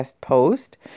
post